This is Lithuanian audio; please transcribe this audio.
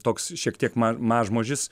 toks šiek tiek mažmožis